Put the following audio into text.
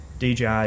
DJI